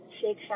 Shake